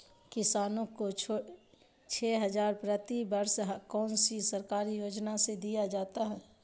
किसानों को छे हज़ार प्रति वर्ष कौन सी सरकारी योजना से दिया जाता है?